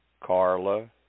Carla